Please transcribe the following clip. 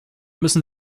müssen